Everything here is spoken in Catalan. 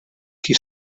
qui